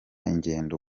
ingendo